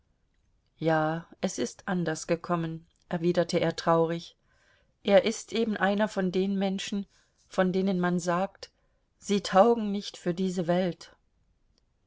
ja es ist anders gekommen erwiderte er traurig er ist eben einer von den menschen von denen man sagt sie taugen nicht für diese welt